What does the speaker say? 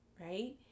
right